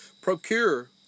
procure